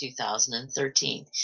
2013